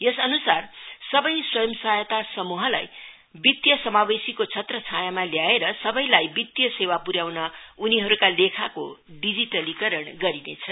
यस अन्सार सबै स्वंय सहायता समूहलाई वितीय समावेशीको छत्रछायामा ल्याएर उनीहरु सबैलाई वितीय सेवा प्रयाउन उनीहरुका लेखाको डिजीटलीकरण गरिनेछ